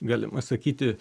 galima sakyti